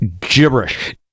gibberish